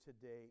today